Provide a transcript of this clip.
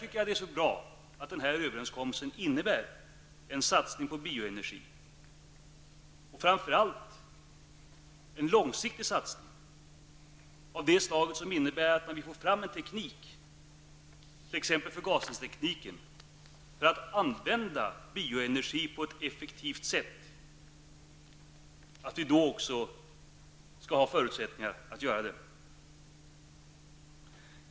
Därför är det bra att den här överenskommelsen innebär en satsning på bioenergi, och framför allt en långsiktig satsning som innebär att när vi får fram en teknik, t.ex. förgasningstekniken, för att använda bioenergi på ett effektivt sätt skall vi också ha förutsättningar att göra detta.